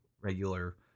regular